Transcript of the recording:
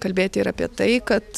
kalbėti ir apie tai kad